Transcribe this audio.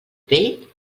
vell